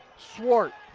swart,